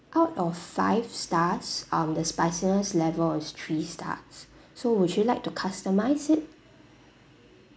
out of five stars um the spiciness level is three stars so would you like to customize it